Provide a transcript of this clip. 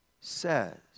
says